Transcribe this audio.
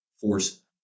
Force